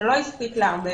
שלא הספיק להרבה